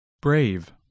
Brave